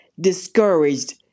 discouraged